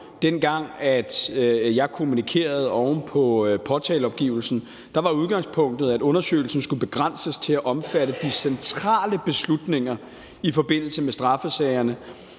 dengang, at jeg kommunikerede oven på påtaleopgivelsen, at undersøgelsen skulle begrænses til at omfatte de centrale beslutninger i forbindelse med straffesagerne.